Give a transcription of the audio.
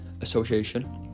Association